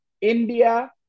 India